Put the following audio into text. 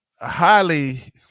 highly